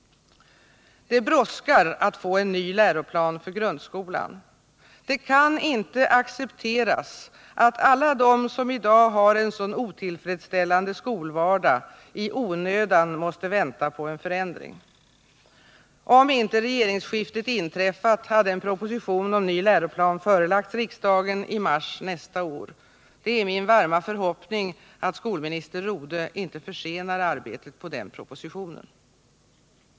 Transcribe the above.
Det brådskar att få en ny läroplan för grundskolan. Det kan inte accepteras att alla de som i dag har en så otillfredsställande skolvardag i onödan måste vänta på en förändring. Om inte regeringsskiftet inträffat, hade en proposition om ny läroplan förelagts riksdagen i mars nästa år. Det är min varma förhoppning att skolminister Rodhe inte försenar arbetet på denna proposition.